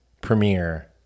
premiere